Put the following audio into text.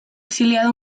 exiliado